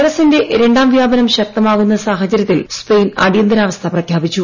വൈറസിന്റെ രണ്ടാം വ്യാപനം ശക്തമാകുന്ന സാഹചര്യത്തിൽ സ്പെയിൻ അടിയന്തരാവസ്ഥ പ്രഖ്യാപിച്ചു